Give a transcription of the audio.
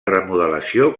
remodelació